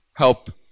Help